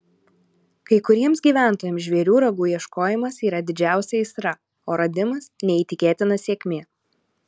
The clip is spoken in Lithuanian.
kai kuriems gyventojams žvėrių ragų ieškojimas yra didžiausia aistra o radimas neįtikėtina sėkmė